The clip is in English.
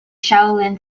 shaolin